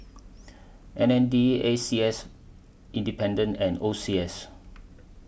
M N D A C S Independent and O C S